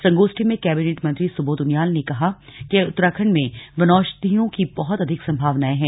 संगोष्ठी में कैबिनेट मंत्री सुबोध उनियाल ने कहा कि उत्तराखण्ड में वनौषधियों की बहुत अधिक संभावनाएं हैं